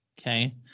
Okay